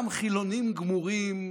גם חילונים גמורים,